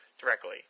directly